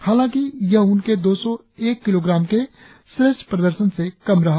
हालाकि यह उनके दो सौ एक किलोग्राम के श्रेष्ठ प्रदर्शन से कम रहा